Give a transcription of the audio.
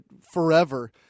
forever